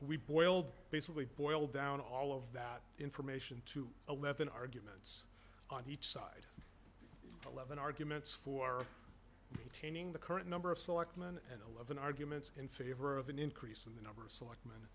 we boiled basically boiled down all of that information to eleven arguments on each side eleven arguments for retaining the current number of selectmen and eleven arguments in favor of an increase in the number selectman